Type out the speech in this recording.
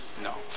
No